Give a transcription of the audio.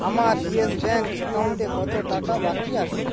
আমার Yes bank অ্যাকাউন্টে কতো টাকা বাকি আছে